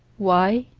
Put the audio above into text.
why?